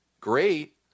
great